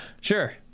Sure